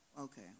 Okay